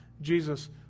Jesus